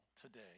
today